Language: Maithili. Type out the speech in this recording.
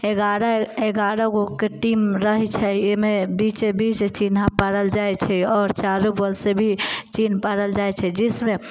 एगारह एगारह गो के टीम रहै छै अहिमे बीचे बीच चिन्हा पारल जाइ छै आओर चारू बगलसँ से भी चिन्हा पारल जाइ छै जिसमे